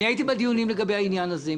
הייתי בדיונים לגבי העניין הזה.